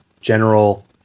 general